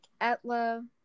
Atla